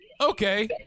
Okay